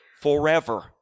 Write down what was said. forever